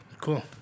Cool